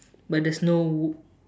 but there's no w~